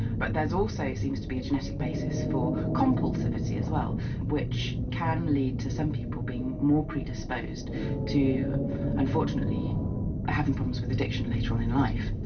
but there also seems to be a genetic basis for compulsivity as well which can lead to some people being more predisposed to unfortunately having problems with addiction later on in life.